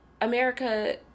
america